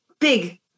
Big